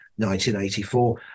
1984